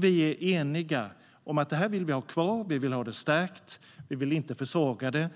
Vi är eniga om att vi vill ha kvar presstödet och att det ska stärkas. Det ska inte försvagas.